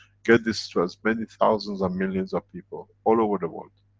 get this to as many thousands and millions of people, all over the world.